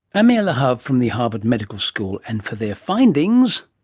amir lahav from the harvard medical school. and for their findings,